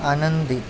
आनंदी